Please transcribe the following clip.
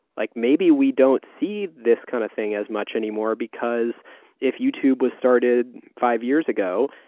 like maybe we don't see this kind of thing as much anymore because if youtube was started five years ago,